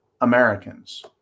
Americans